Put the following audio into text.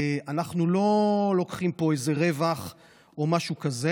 אנחנו לא לוקחים פה איזה רווח או משהו כזה.